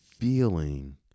Feeling